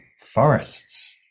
forests